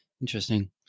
Interesting